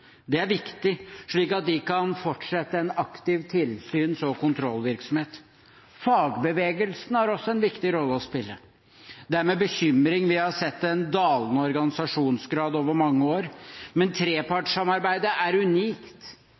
Det er viktig, slik at de kan fortsette en aktiv tilsyns- og kontrollvirksomhet. Fagbevegelsen har også en viktig rolle å spille. Det er med bekymring vi har sett en dalende organisasjonsgrad over mange år. Men trepartssamarbeidet er unikt